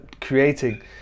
creating